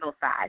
side